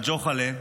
על ג'וחאל'ה,